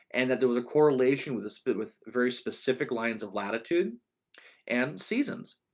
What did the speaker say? and that there was a correlation with a sp with very specific lines of latitude and seasons.